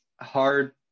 hard